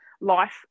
life